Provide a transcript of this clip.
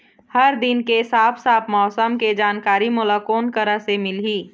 हर दिन के साफ साफ मौसम के जानकारी मोला कोन करा से मिलही?